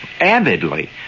avidly